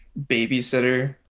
babysitter